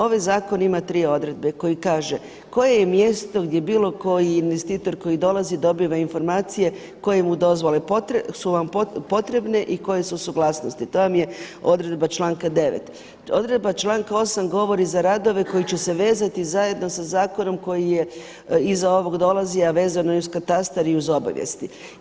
Ovaj zakon ima tri odredbe koji kaže koje je mjesto gdje bilo koji investitor koji dolazi dobiva informacije koje mu dozvole, koje su vam potrebne i koje su suglasnosti, to vam je odredba članka 9. Odredba članka 8. govori za radove koji će se vezati zajedno sa zakonom koji je iza ovog dolazi a vezano je uz katastar i uz obavijesti.